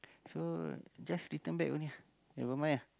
so just return back only ah never mind ah